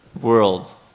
world